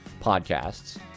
podcasts